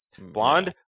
Blonde